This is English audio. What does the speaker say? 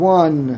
one